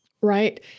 Right